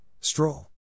Stroll